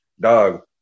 dog